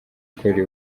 kuri